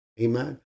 Amen